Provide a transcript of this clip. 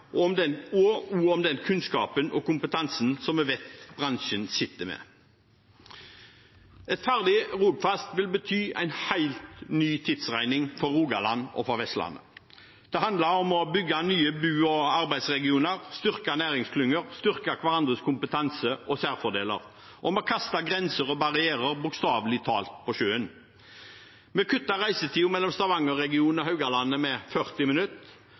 den kunnskapen og kompetansen som vi vet bransjen sitter med. Et ferdig Rogfast vil bety en helt ny tidsregning for Rogaland og Vestlandet. Det handler om å bygge nye bo- og arbeidsregioner, styrke næringsklynger og styrke hverandres kompetanse og særfordeler. Vi kaster grenser og barrierer bokstavelig talt på sjøen. Vi kutter reisetiden mellom Stavangerregionen og Haugalandet med 40